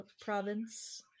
province